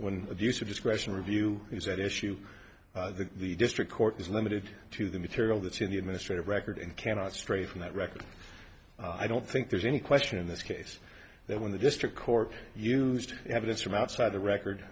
the use of discretion review is at issue that the district court is limited to the material that's in the administrative record and cannot stray from that record i don't think there's any question in this case that when the district court used evidence from outside the record